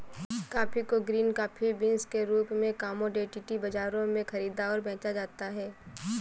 coffee को green coffee beans के रूप में कॉमोडिटी बाजारों में खरीदा और बेचा जाता है